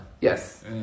Yes